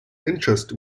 interest